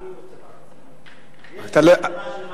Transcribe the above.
אני רוצה ועדה, של מנח"י.